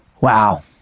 Wow